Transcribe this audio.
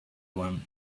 one